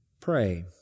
pray